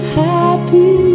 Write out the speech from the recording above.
happy